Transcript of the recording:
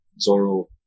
Zoro